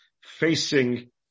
facing